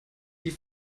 die